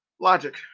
logic